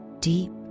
deep